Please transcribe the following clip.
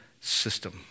system